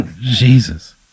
Jesus